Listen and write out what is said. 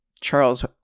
Charles